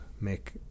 make